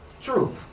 truth